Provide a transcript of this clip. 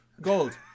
Gold